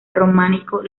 románico